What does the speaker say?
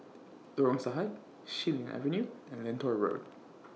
Lorong Sahad Xilin Avenue and Lentor Road